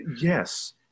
yes